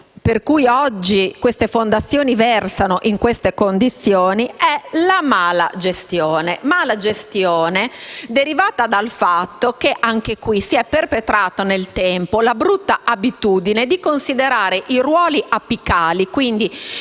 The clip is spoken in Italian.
per cui oggi le fondazioni versano in queste condizioni è la malagestione, derivante dal fatto che anche in questo caso si è perpetrata nel tempo la cattiva abitudine di considerare i ruoli apicali, quindi